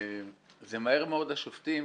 שמהר מאוד השופטים